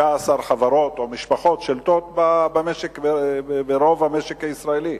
16 חברות או משפחות שולטות ברוב המשק הישראלי,